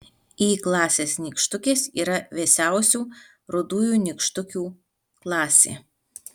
y klasės nykštukės yra vėsiausių rudųjų nykštukių klasė